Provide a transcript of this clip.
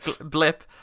blip